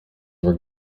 were